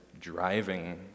driving